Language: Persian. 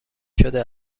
شده